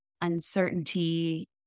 uncertainty